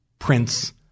Prince